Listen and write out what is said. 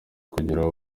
kugeraho